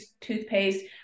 toothpaste